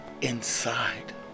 inside